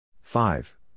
Five